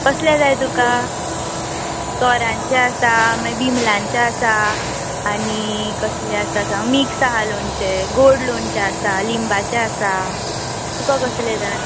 कसलें जाय तुका तोरांचें आसा माय बिमलांचें आसा आनी कसलें आसा सांग मिक्स आसा लोणचें गोड लोणचें आसा लिंबाचें आसा तुका कसलें जाय